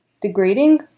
degrading